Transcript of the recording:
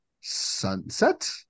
sunset